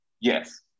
yes